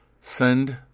Send